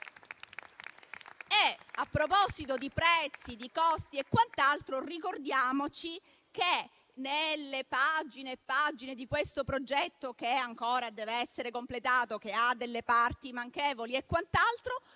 A proposito di prezzi, di costi e quant'altro, ricordiamoci che nelle pagine e pagine di questo progetto, che ancora dev'essere completato, ha parti manchevoli e quant'altro,